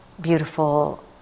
beautiful